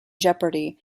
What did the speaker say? jeopardy